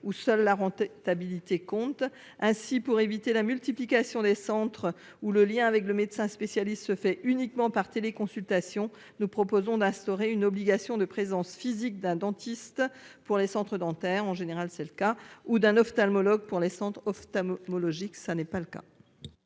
où seule la stabilité compte ainsi pour éviter la multiplication des centres où le lien avec le médecin spécialiste se fait uniquement par consultation, nous proposons d'instaurer une obligation de présence physique d'un dentiste pour les centres dentaires en général, c'est le cas ou d'un ophtalmologue pour les centres ophtalmologiques, ça n'est pas le cas.